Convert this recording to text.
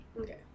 Okay